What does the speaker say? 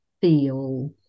feel